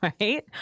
Right